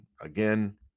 Again